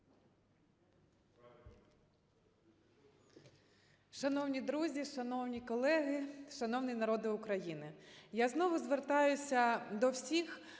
Шановні друзі, шановні колеги, шановний народе України! Я знову звертаюся до всіх